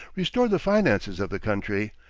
restored the finances of the country,